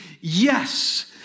yes